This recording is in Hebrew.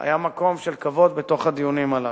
היה מקום של כבוד בתוך הדיונים הללו.